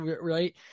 right